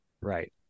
Right